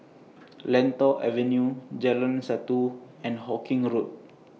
Lentor Avenue Jalan Satu and Hawkinge Road